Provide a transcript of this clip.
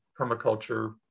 permaculture